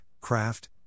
craft